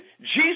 Jesus